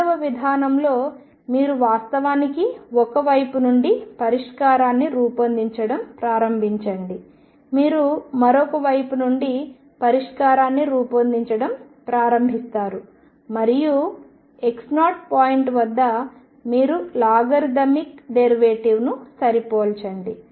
రెండవ విధానంలో మీరు వాస్తవానికి ఒక వైపు నుండి పరిష్కారాన్ని రూపొందించడం ప్రారంభించండి మీరు మరొక వైపు నుండి పరిష్కారాన్ని రూపొందించడం ప్రారంభిస్తారు మరియు x0 పాయింట్ వద్ద మీరు లాగరిథమిక్ డెరివేటివ్ను సరిపోల్చండి